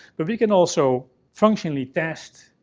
but we can also functionally test,